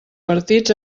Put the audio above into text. partits